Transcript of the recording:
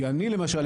כי אני למשל,